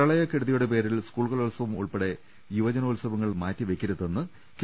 പ്രളയക്കെടുതിയുടെ പേരിൽ സ്കൂൾ കലോത്സവം ഉൾപ്പെടെ യുവജനോത്സവങ്ങൾ മാറ്റിവെയ്ക്കരുതെന്ന് കെ